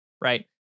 right